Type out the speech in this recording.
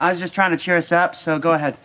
i was just trying to cheer us up so go ahead